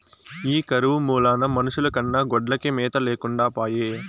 ఈ కరువు మూలాన మనుషుల కన్నా గొడ్లకే మేత లేకుండా పాయె